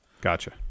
Gotcha